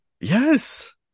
yes